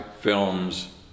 films